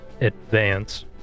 advance